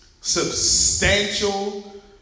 substantial